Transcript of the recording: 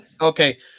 Okay